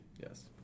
Yes